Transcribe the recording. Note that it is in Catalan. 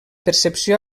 percepció